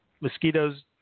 Mosquitoes